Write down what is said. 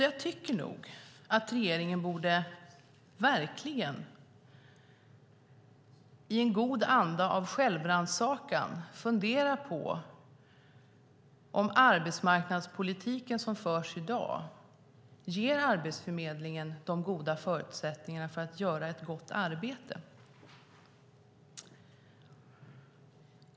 Jag tycker nog att regeringen i en god anda av självrannsakan verkligen borde fundera på om den arbetsmarknadspolitik som i dag förs ger Arbetsförmedlingen de goda förutsättningarna för att kunna göra ett gott arbete.